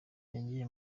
yagiye